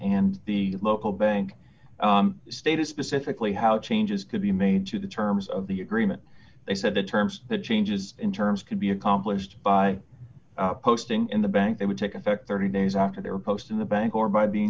and the local bank stated specifically how changes could be made to the terms of the agreement they said the terms the changes in terms could be accomplished by posting in the bank that would take effect thirty days after their post in the bank or by being